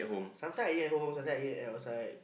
sometime I eat at home sometime I eat at outside